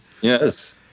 Yes